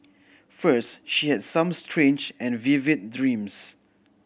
first she had some strange and vivid dreams